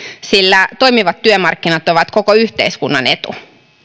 sillä toimivat työmarkkinat ovat koko yhteiskunnan etu